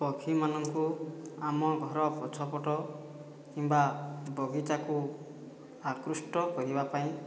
ପକ୍ଷୀମାନଙ୍କୁ ଆମ ଘର ପଛପଟ କିମ୍ବା ବାଗିଚାକୁ ଆକୃଷ୍ଟ କରିବା ପାଇଁ